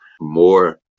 more